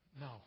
No